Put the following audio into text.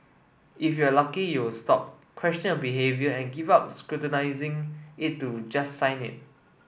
if you're lucky you'll stop question your behaviour and give up scrutinising it to just sign it